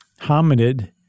hominid